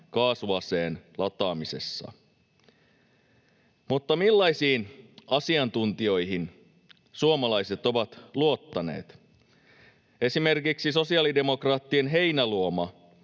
kaasuaseen lataamisessa. Mutta millaisiin asiantuntijoihin suomalaiset ovat luottaneet? Esimerkiksi sosiaalidemokraattien Heinäluoma